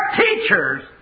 teachers